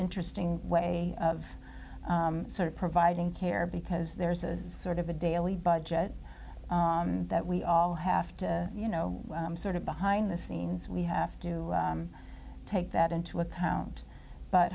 interesting way of sort of providing care because there's a sort of a daily budget that we all have to you know sort of behind the scenes we have to take that into account but